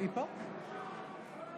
אינה נוכחת קרן ברק,